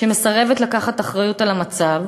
שמסרבת לקחת אחריות למצב,